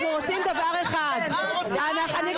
אנחנו רוצים